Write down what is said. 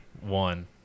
one